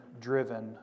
driven